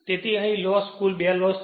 તેથી અહીં લોસ અને કુલ લોસ છે